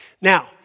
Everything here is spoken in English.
Now